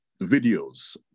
videos